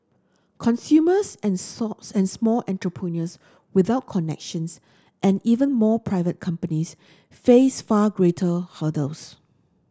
consumers and socks and small entrepreneurs without connections and even more private companies face far greater hurdles